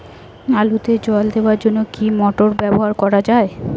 আলুতে জল দেওয়ার জন্য কি মোটর ব্যবহার করা যায়?